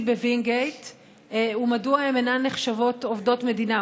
בווינגייט ומדוע הן אינן נחשבות עובדות מדינה,